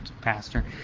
Pastor